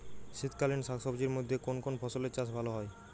শীতকালীন শাকসবজির মধ্যে কোন কোন ফসলের চাষ ভালো হয়?